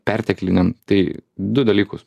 pertekliniam tai du dalykus